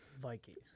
Vikings